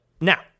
Now